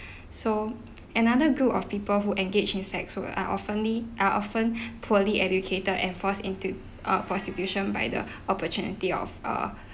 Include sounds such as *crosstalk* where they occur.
so another group of people who engage in sex work are often-ly are often *breath* poorly educated and forced into uh prostitution by the opportunity of uh